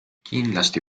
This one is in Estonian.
kindlasti